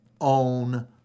own